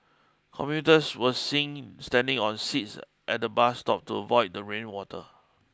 commuters were seen standing on seats at the bus stop to avoid the rain water